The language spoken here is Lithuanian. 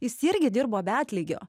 jis irgi dirbo be atlygio